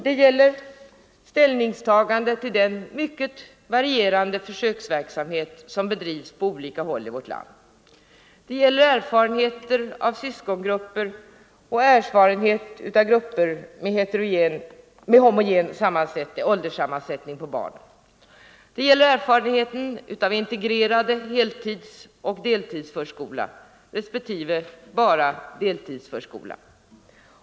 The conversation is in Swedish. Det gäller ställningstagande till den mycket varierande försöksverksamhet som bedrivs på olika håll i vårt land. Det gäller erfarenheter av syskongrupper och erfarenheter av grupper med homogen ålderssammansättning på barnen. Det gäller erfarenheter av integrerad heltidsoch deltidsförskola respektive bara deltidsförskola.